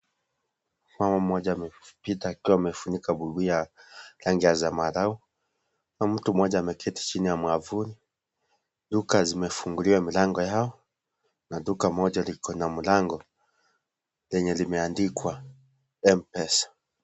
Mama mmoja amepita akiwa amefunika buibui ya rangi ya zambarau, kuna mtu mmoja ameketi chini ya mwavuli, duka zimefunguliwa milango yao, na duka moja liko na mlango, lenye limeandikwa M-Pesa.